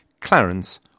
Clarence